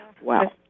Wow